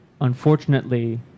Unfortunately